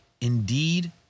indeed